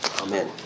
Amen